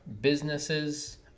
businesses